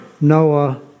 Noah